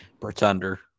Pretender